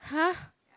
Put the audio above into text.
!huh!